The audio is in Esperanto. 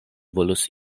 volus